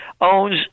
owns